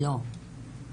לא.